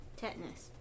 tetanus